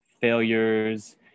failures